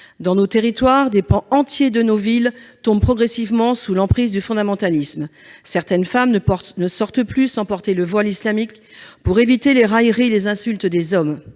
Dans nos territoires, des pans entiers de nos villes tombent progressivement sous l'emprise du fondamentalisme. Certaines femmes ne sortent plus sans porter le voile islamique pour éviter les railleries et les insultes des hommes.